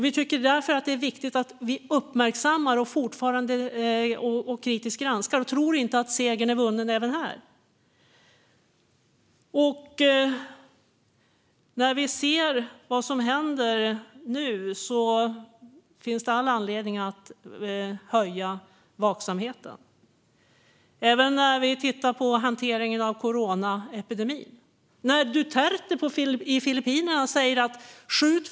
Vi tycker därför att det är viktigt att vi uppmärksammar och fortsätter att kritiskt granska detta och inte heller här tror att segern är vunnen. När vi ser vad som händer nu finns det all anledning att höja vaksamheten, även när det gäller hanteringen av coronapandemin. Var reser sig världen och säger "Nej, stopp!"